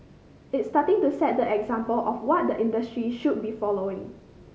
it's starting to set the example of what the industry should be following